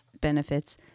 benefits